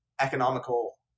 economical